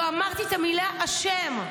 לא אמרתי את המילה "אשם".